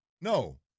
No